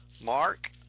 Mark